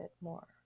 more